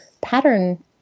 pattern